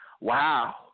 Wow